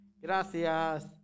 Gracias